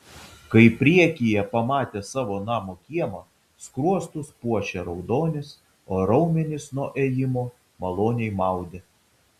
kai priekyje pamatė savo namo kiemą skruostus puošė raudonis o raumenis nuo ėjimo maloniai maudė